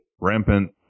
rampant